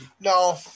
No